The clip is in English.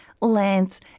lands